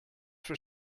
for